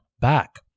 back